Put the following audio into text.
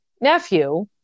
nephew